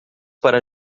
para